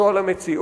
זה על המציאות,